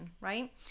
right